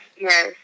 yes